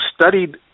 studied